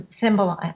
symbol